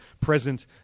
present